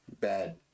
bad